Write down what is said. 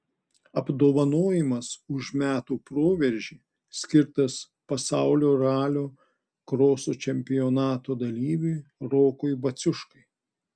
apdovanojimas už metų proveržį skirtas pasaulio ralio kroso čempionato dalyviui rokui baciuškai